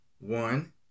One